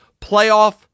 playoff